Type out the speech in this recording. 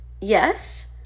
yes